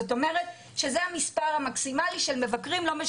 זאת אומרת שזה המספר המקסימלי של מבקרים,